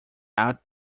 out